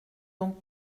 donc